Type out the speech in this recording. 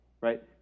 Right